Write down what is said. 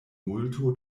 multo